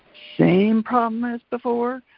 same problem as before,